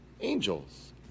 angels